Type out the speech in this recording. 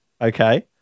okay